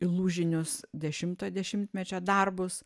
lūžinius dešimto dešimtmečio darbus